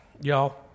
y'all